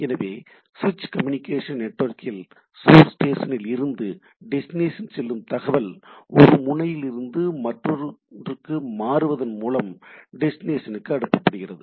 எனவே ஸ்விட்ச் கம்யூனிகேஷன் நெட்வொர்க்கில் சோர்ஸ் ஸ்டேஷனில் இருந்து டெஸ்டினேஷன் செல்லும் தகவல் ஒரு முனையிலிருந்து மற்றொன்றுக்கு மாறுவதன் மூலம் டெஸ்டினேஷன்க்கு அனுப்பப்படுகிறது